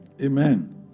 Amen